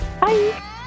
Bye